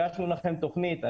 הגשנו לכם תוכנית,